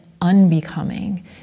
unbecoming